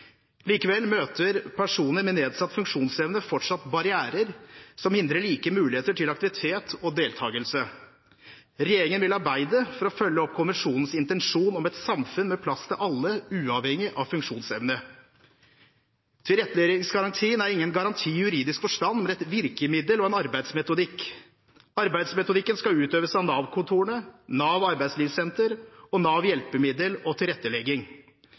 Likevel møter personer med nedsatt funksjonsevne fortsatt barrierer som hindrer like muligheter til aktivitet og deltakelse. Regjeringen vil arbeide for å følge opp konvensjonens intensjon om et samfunn med plass til alle, uavhengig av funksjonsevne. Tilretteleggingsgarantien er ingen garanti i juridisk forstand, men et virkemiddel og en arbeidsmetodikk. Arbeidsmetodikken skal utøves av Nav-kontorene, Nav Arbeidslivssenter og Nav Hjelpemidler og tilrettelegging.